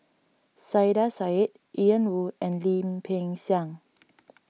Saiedah Said Ian Woo and Lim Peng Siang